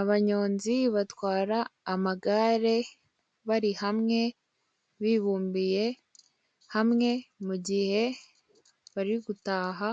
Abanyonzi batwara amagare bari hamwe bibumbiye hamwe mugihe bari gutaha